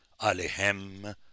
Alehem